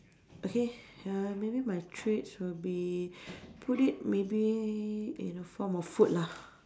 okay uh maybe my traits will be put it maybe in a form of food lah